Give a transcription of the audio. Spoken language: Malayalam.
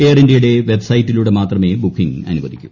എയർ ഇന്ത്യയുടെ വെബ്സൈറ്റിലൂടെ മാത്രമേ ബുക്കിംഗ് അനുവദിക്കൂ